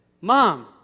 Mom